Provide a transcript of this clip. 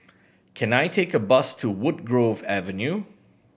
can I take a bus to Woodgrove Avenue